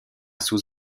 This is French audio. sous